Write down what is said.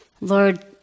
Lord